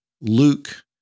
Luke